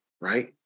right